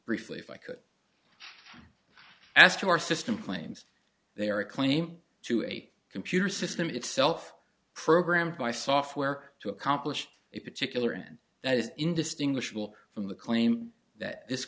briefly if i could as to our system claims they are a claim to a computer system itself programmed by software to accomplish a particular in that is indistinguishable from the claim that this